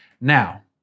Now